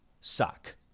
suck